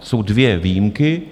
Jsou dvě výjimky.